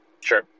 Sure